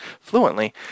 fluently